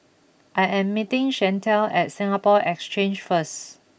I am meeting Chantelle at Singapore Exchange first